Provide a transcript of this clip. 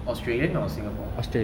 australian or singapore